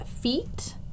feet